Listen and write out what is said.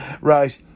Right